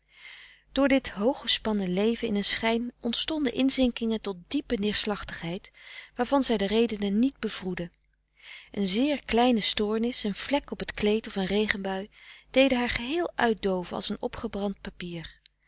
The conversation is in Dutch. door dit hooggespannen leven in een schijn ontstonden inzinkingen tot diepe neerslachtigheid waarvan zij de redenen niet bevroedde een zeer kleine stoornis een vlek op t kleed of een regenbui deden haar geheel uitdooven als een opgebrand papier